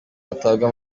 atabwa